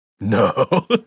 no